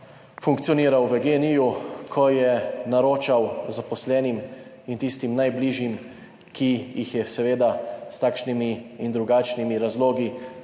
funkcioniral v GEN-I, ko je naročal zaposlenim in tistim najbližjim, ki jih je seveda s takšnimi in drugačnimi razlogi